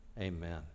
Amen